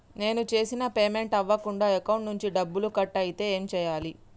నేను చేసిన పేమెంట్ అవ్వకుండా అకౌంట్ నుంచి డబ్బులు కట్ అయితే ఏం చేయాలి?